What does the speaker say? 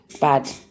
bad